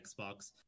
Xbox